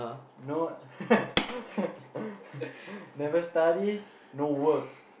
no never study no work